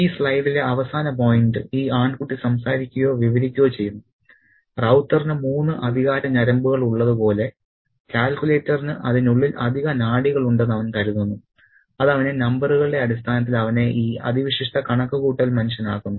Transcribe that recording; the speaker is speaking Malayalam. ഈ സ്ലൈഡിലെ അവസാന പോയിന്റ് ഈ ആൺകുട്ടി സംസാരിക്കുകയോ വിവരിക്കുകയോ ചെയ്യുന്നു റൌത്തറിന് മൂന്ന് അധിക ഞരമ്പുകൾ ഉള്ളതുപോലെ കാൽക്കുലേറ്ററിന് അതിനുള്ളിൽ അധിക നാഡികളുണ്ടെന്ന് അവൻ കരുതുന്നു അത് അവനെ നമ്പറുകളുടെ അടിസ്ഥാനത്തിൽ അവനെ ഈ അതിവിശിഷ്ഠ കണക്കുകൂട്ടൽ മനുഷ്യനാക്കുന്നു